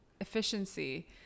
efficiency